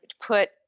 put